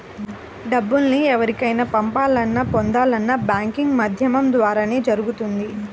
డబ్బుల్ని వేరెవరికైనా పంపాలన్నా, పొందాలన్నా బ్యాంకింగ్ మాధ్యమం ద్వారానే జరుగుతుంది